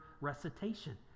recitation